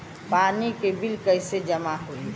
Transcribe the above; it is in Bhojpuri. पानी के बिल कैसे जमा होयी?